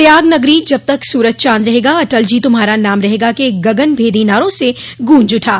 प्रयाग नगरी जब तक सूरज चांद रहेगा अटल जी तुम्हारा नाम रहेगा के गगन भेदी नारों से गूंज उठा